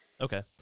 Okay